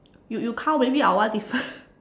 you you count maybe our one different